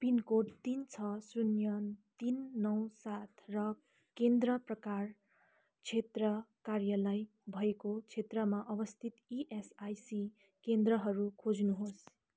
pin code तिन छ शून्य तिन नौ सात र केन्द्र प्रकार क्षेत्र कार्यालय भएको क्षेत्रमा अवस्थित इएसआइसी केन्द्रहरू खोज्नुहोस्